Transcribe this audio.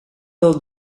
del